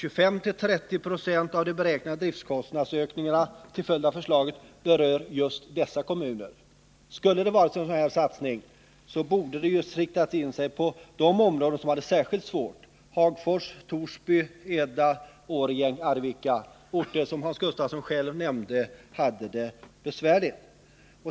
25-30 96 av de beräknade driftkostnadsökningarna till följd av förslaget berör just dessa kommuner. Skall man göra en satsning bör man inrikta sig på de områden som har det särskilt svårt: Hagfors, Torsby, Eda, Årjäng och Arvika. Hans Gustafsson sade själv att dessa orter har det besvärligt.